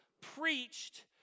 preached